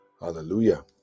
hallelujah